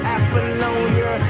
Apollonia